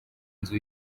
nzu